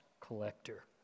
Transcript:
collector